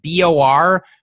BOR